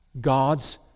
God's